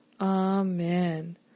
Amen